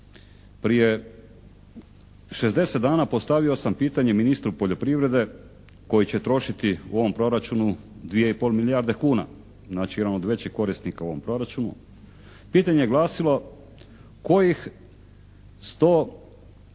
Prije 60 dana postavio sam pitanje ministru poljoprivrede koji će trošiti u ovom proračunu 2 i pol milijarde kuna, znači jedan od većih korisnika u ovom proračunu. Pitanje je glasilo kojih 100 korisnika